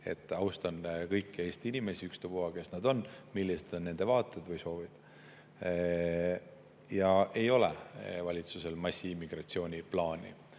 Austan kõiki Eesti inimesi, ükstapuha, kes nad on ja millised on nende vaated või soovid. Ei ole valitsusel massiimmigratsiooni plaani,